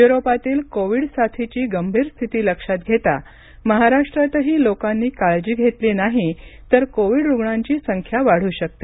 युरोपातील कोविड साथीची गंभीर स्थिती लक्षात घेता महाराष्ट्रातही लोकांनी काळजी घेतली नाही तर कोविड रुग्णांची संख्या वाढू शकते